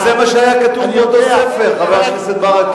אבל זה מה שהיה כתוב באותו ספר, חבר הכנסת ברכה.